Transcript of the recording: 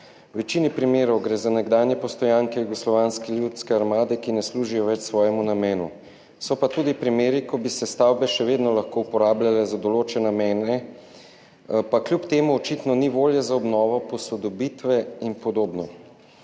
večini primerov gre za nekdanje postojanke Jugoslovanske ljudske armade, ki ne služijo več svojemu namenu, so pa tudi primeri, ko bi se stavbe še vedno lahko uporabljale za določene namene, pa kljub temu očitno ni volje za obnovo, posodobitve in podobno.